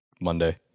Monday